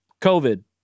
COVID